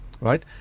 Right